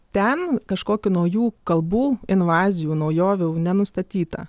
ten kažkokių naujų kalbų invazijų naujovių nenustatyta